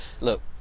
Look